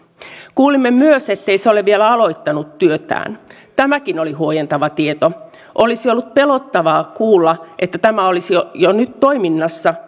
kuulimme myös ettei se ole vielä aloittanut työtään tämäkin oli huojentava tieto olisi ollut pelottavaa kuulla että tämä olisi jo jo nyt toiminnassa